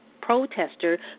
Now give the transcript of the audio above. protester